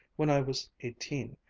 when i was eighteen.